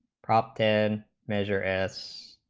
prop ten major s